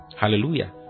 Hallelujah